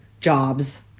jobs